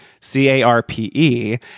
C-A-R-P-E